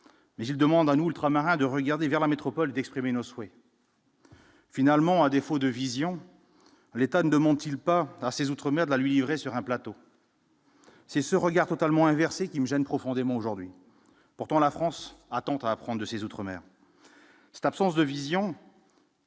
mais il demande un ultramarin de regarder vers la métropole d'exprimer nos souhaits. Finalement, à défaut de vision, l'État ne demande-t-il pas assez outre-mer doit lui livrer sur un plateau. C'est ce regard totalement inversée qui me gêne profondément aujourd'hui, pourtant la France attentat à prendre de ses outre-mer, cette absence de vision.